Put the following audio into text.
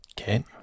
Okay